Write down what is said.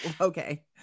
okay